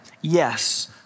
Yes